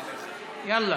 יאללה.